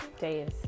days